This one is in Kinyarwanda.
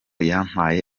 yampaye